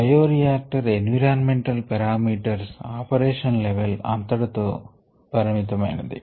bioreactor environmental parameters operation level అంతటితో పరిమితమైనది